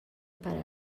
para